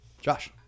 Josh